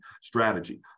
strategy